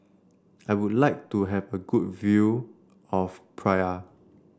I would like to have a good view of Praia